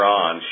on